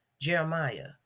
Jeremiah